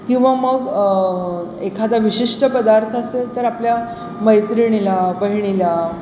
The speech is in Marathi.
किंवा मग एखादा विशिष्ट पदार्थ असेल तर आपल्या मैत्रिणीला बहिणीला